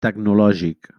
tecnològic